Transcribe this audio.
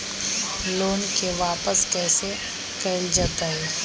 Loan के वापस कैसे कैल जतय?